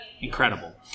incredible